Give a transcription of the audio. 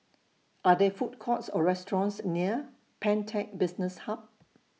Are There Food Courts Or restaurants near Pantech Business Hub